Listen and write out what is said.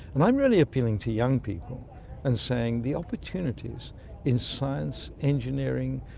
and i'm really appealing to young people and saying the opportunities in science, engineering,